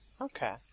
Okay